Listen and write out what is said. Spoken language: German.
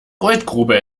goldgrube